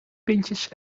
pintjes